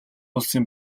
улсын